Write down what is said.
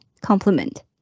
complement